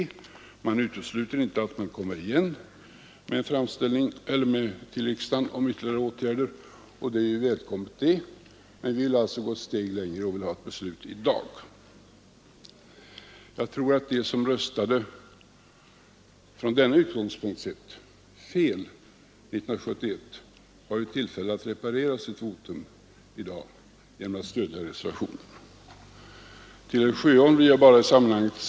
Utskottet utesluter inte att Kungl. Maj:t kan komma igen med en framställning till riksdagen om ytterligare åtgärder, och det är ju Till herr Sjöholm vill jag bara i sammanhanget säga att den prostitution han talar om redan är förbjuden i lag. Det är förbjudet att idka koppleriverksamhet, och det är förbjudet att ”hålla hus”, som det heter i gammalt lagspråk. Det han efterlyser har alltså redan skett.